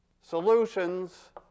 solutions